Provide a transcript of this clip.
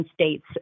states